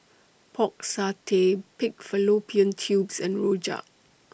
Pork Satay Pig Fallopian Tubes and Rojak